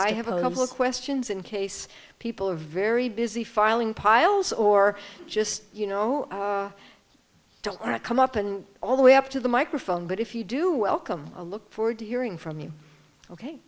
i have a couple of questions in case people are very busy filing piles or just you know i don't want to come up and all the way up to the microphone but if you do welcome a look forward to hearing from you ok